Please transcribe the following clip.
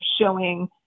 showing